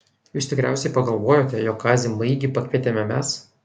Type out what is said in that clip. jūs tikriausiai pagalvojote jog kazį maigį pakvietėme mes